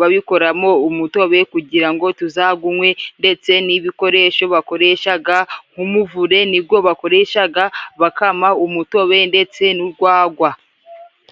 babikoramo umutobe, kugira ngo tuzagunywe. Ndetse n'ibikoresho bakoreshaga nk'umuvure ni go bakoreshaga bakama umutobe ndetse n'ugwagwa.